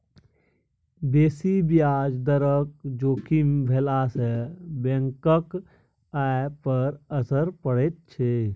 बेसी ब्याज दरक जोखिम भेलासँ बैंकक आय पर असर पड़ैत छै